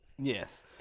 Yes